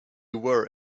were